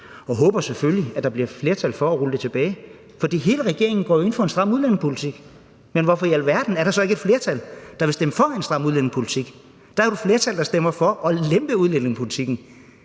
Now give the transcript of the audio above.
og håber selvfølgelig, at der bliver flertal for at rulle dem tilbage, fordi hele regeringen jo går ind for en stram udlændingepolitik. Men hvorfor i alverden er der så ikke et flertal, der vil stemme for en stram udlændingepolitik? Der er jo et flertal, der stemmer for at lempe udlændingepolitikken.